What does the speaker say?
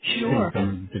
Sure